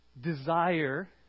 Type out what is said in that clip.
desire